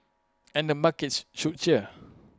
and the markets should cheer